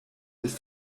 ist